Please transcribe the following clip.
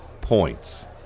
points